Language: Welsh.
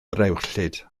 ddrewllyd